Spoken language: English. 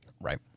Right